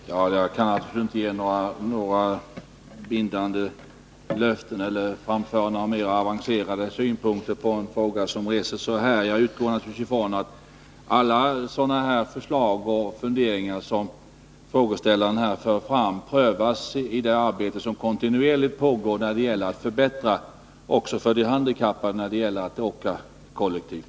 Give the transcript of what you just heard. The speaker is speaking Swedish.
Herr talman! Jag kan naturligtvis inte ge några bindande löften eller framföra några mera avancerade synpunkter på en fråga som reses så här. Jag utgår naturligtvis ifrån att alla sådana förslag och funderingar som frågeställaren här framfört prövas i det arbete som kontinuerligt pågår på att förbättra möjligheterna också för de handikappade att åka kollektivt.